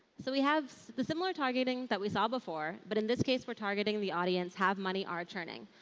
so we have the similar targeting that we saw before. but in this case, we're targeting the audience have money, are churning.